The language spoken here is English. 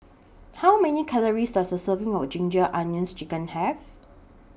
How Many Calories Does A Serving of Ginger Onions Chicken Have